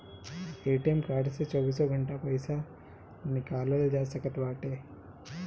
ATM card से चौबीसों घंटा पईसा निकालल जा सकत बाटे